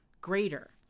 greater